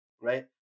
Right